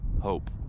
hope